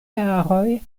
jaroj